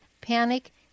panic